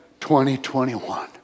2021